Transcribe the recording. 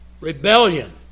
rebellion